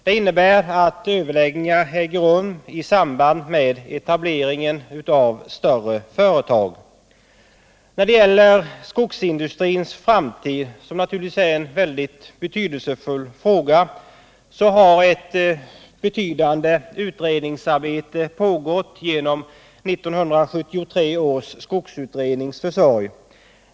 Detta innebär att överläggningar äger rum i samband med etableringen av större företag. När det gäller skogsindustrins framtid, som naturligtvis är en mycket viktig fråga, har ett betydande utredningsarbete pågått genom 1973 års skogsutrednings försorg.